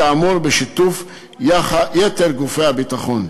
כאמור, בשיתוף יתר גופי הביטחון.